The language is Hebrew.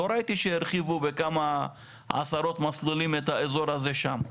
לא ראיתי שהרחיבו בכמה עשרות מסלולים את האזור הזה שם.